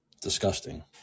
Disgusting